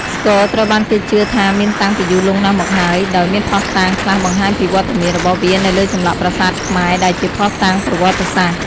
ស្គរត្រូវបានគេជឿថាមានតាំងពីយូរលង់ណាស់មកហើយ ដោយមានភស្តុតាងខ្លះបង្ហាញពីវត្តមានរបស់វានៅលើចម្លាក់ប្រាសាទខ្មែរ ដែលជាភស្តុតាងប្រវត្តិសាស្ត្រ។